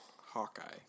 Hawkeye